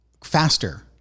faster